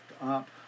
up